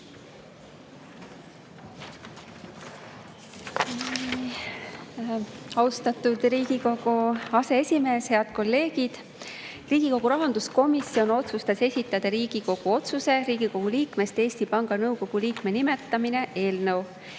Austatud Riigikogu aseesimees! Head kolleegid! Riigikogu rahanduskomisjon otsustas esitada Riigikogu otsuse "Riigikogu liikmest Eesti Panga Nõukogu liikme nimetamine" eelnõu.